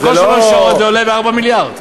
שכל שלוש שעות זה עולה ב-4 מיליארד.